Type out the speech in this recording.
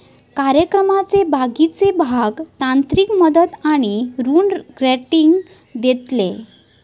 कार्यक्रमाचे बाकीचे भाग तांत्रिक मदत आणि ऋण गॅरेंटी देतले